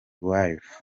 wife